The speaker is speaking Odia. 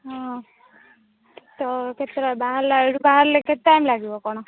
ହଁ କେତ କେତେଟା ବାହାରିଲା ଏଉଠୁ ବାହାରିଲେ କେତେ ଟାଇମ୍ ଲାଗିବ କ'ଣ